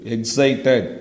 Excited